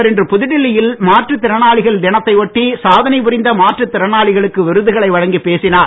அவர் இன்று புதுடில்லி யில் மாற்றுத் திறனாளிகள் தினத்தை ஒட்டி சாதனை புரிந்த மாற்றுத் திறனாளிகளுக்கு விருதுகளை வழங்கிப் பேசினார்